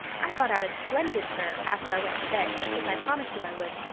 i thought out a splendid prayer after i went to bed, just as i promised you i would.